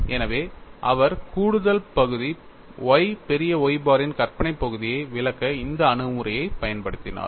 எனவே அவர் கூடுதல் பகுதி y பெரிய Y பாரின் கற்பனை பகுதியை விளக்க இந்த அணுகுமுறையைப் பயன்படுத்தினார்